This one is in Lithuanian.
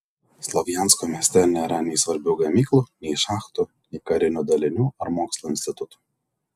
slovjansko mieste nėra nei svarbių gamyklų nei šachtų nei karinių dalinių ar mokslo institutų